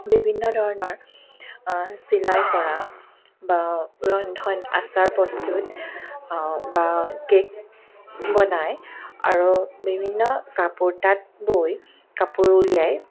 বিভিন্ন ধৰণৰ চিলাই কৰা বা ৰন্ধন আচাৰ প্ৰস্তুত বা কেক বনাই আৰু বিভিন্ন কাপোৰ তাঁত বৈ কাপোৰ উলিয়াই